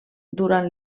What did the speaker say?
durant